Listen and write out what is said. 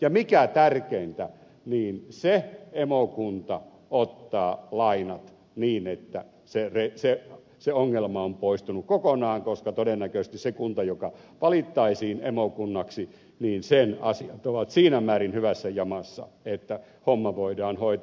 ja mikä tärkeintä se emokunta ottaa lainat niin että se ongelma on poistunut kokonaan koska todennäköisesti sen kunnan joka valittaisiin emokunnaksi asiat olisivat siinä määrin hyvässä jamassa että homma voitaisiin hoitaa